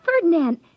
Ferdinand